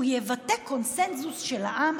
שהוא יבטא קונסנזוס של העם,